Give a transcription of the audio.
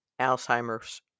Alzheimer's